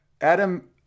Adam